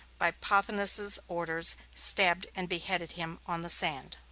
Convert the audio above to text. by pothinus's orders, stabbed and beheaded him on the sand.